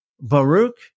Baruch